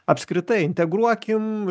apskritai integruokim